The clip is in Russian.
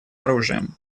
оружием